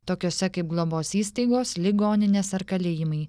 tokiuose kaip globos įstaigos ligoninės ar kalėjimai